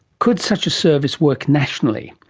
could such a service work nationally?